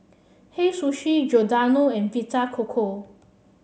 Hei Sushi Giordano and Vita Coco